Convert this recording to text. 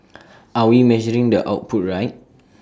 are we measuring the output right